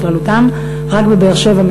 רק בבאר-שבע,